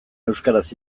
euskaraz